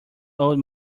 old